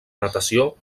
natació